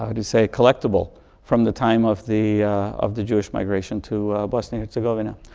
um to say collectible from the time of the of the jewish migration, to but herzegovina.